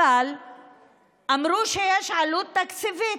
אבל אמרו שיש עלות תקציבית,